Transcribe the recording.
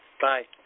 Bye